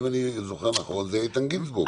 אם אני זוכר נכון, איתן גינזבורג.